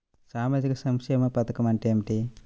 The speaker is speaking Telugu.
సామాజిక సంక్షేమ పథకం అంటే ఏమిటి?